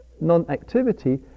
non-activity